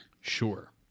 Sure